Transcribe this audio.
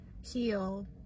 heal